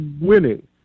winning